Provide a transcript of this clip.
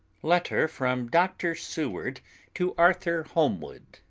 letter from dr. seward to arthur holmwood.